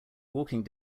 walking